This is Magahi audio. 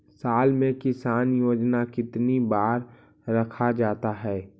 साल में किसान योजना कितनी बार रखा जाता है?